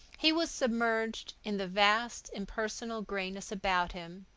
he was submerged in the vast impersonal grayness about him,